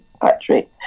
Patrick